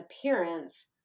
appearance